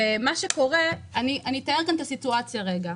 אני אתאר את הסיטואציה שקורית.